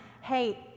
hey